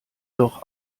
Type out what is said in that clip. doch